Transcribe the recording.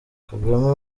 kagame